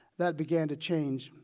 that began to change,